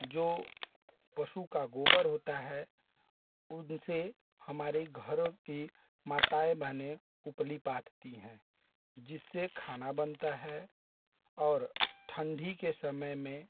जो पशु का गोबर होता है उनसे हमारे घरों की माताएँ बहनें उपली पाटती है जिससे खाना बनता है और ठंडी के समय में